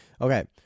okay